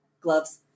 Gloves